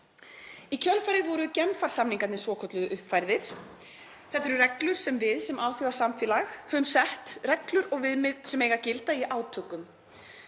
Í kjölfarið voru Genfarsamningarnir svokölluðu uppfærðir. Þetta eru reglur sem við sem alþjóðasamfélag höfum sett, reglur og viðmið sem eiga að gilda í átökum